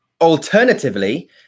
Alternatively